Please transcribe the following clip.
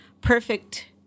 perfect